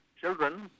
children